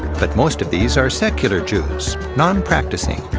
but most of these are secular jews non-practicing.